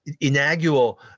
inaugural